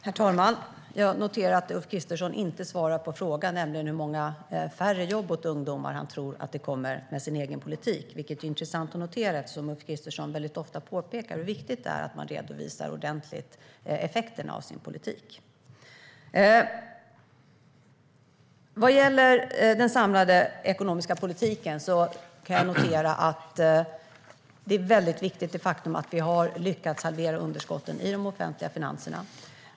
Herr talman! Jag noterar att Ulf Kristersson inte svarar på frågan om hur många färre jobb åt ungdomar han tror att det blir med hans egen politik. Det är intressant att notera eftersom Ulf Kristersson väldigt ofta påpekar hur viktigt det är att man ordentligt redovisar effekterna av sin politik. Vad gäller den samlade ekonomiska politiken kan jag notera att det är väldigt viktigt att vi har lyckats halvera underskotten i de offentliga finanserna.